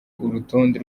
urutonde